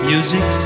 Music